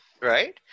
Right